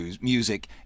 music